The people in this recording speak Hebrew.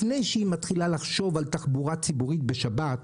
לפני שהיא מתחילה לחשוב על תחבורה ציבורית בשבת,